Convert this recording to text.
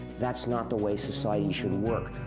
that's not the way society should work.